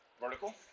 vertical